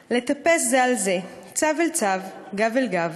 / לטפס זה על זה, צב אל צב, גב אל גב,